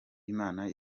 imana